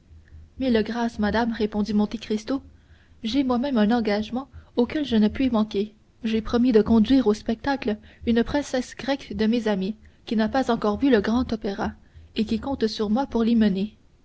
mille grâces madame répondit monte cristo j'ai moi-même un engagement auquel je ne puis manquer j'ai promis de conduire au spectacle une princesse grecque de mes amies qui n'a pas encore vu le grand opéra et qui compte sur moi pour l'y